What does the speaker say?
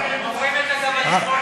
הם אומרים את זה גם על שמאלנים.